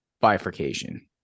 bifurcation